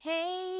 Hey